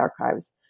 archives